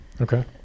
Okay